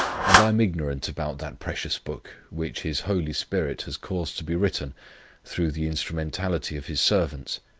and i am ignorant about that precious book, which his holy spirit has caused to be written through the instrumentality of his servants,